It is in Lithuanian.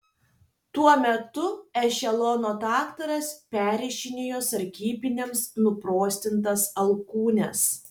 tuo metu ešelono daktaras perrišinėjo sargybiniams nubrozdintas alkūnes